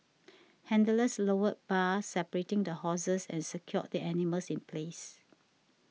handlers lowered bars separating the horses and secured the animals in place